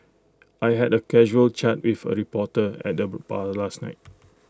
I had A casual chat with A reporter at the bar last night